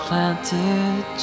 Planted